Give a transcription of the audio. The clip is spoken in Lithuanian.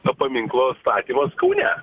na paminklo statymas kaune